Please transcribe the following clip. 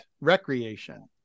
recreation